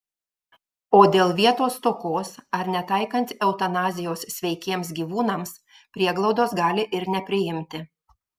o dėl vietos stokos ar netaikant eutanazijos sveikiems gyvūnams prieglaudos gali ir nepriimti